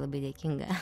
labai dėkinga